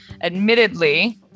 admittedly